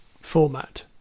format